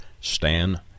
Stan